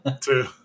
two